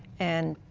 and